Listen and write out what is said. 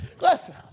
Listen